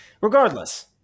Regardless